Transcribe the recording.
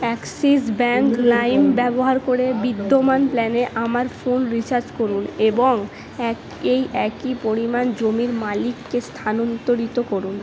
Axis Bank Lime ব্যবহার করে বিদ্যমান প্ল্যানে আমার ফোন রিচার্জ করুন এবং এক এই একই পরিমাণ জমির মালিককে স্থানান্তরিত করুন